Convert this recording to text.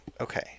Okay